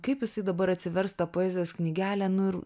kaip jisai dabar atsivers tą poezijos knygelę nu ir